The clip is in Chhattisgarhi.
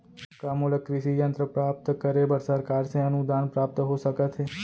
का मोला कृषि यंत्र प्राप्त करे बर सरकार से अनुदान प्राप्त हो सकत हे?